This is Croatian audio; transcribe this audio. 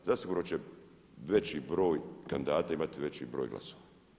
Zasigurno će veći broj kandidata imati veći broj glasova.